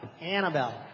Annabelle